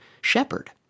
shepherd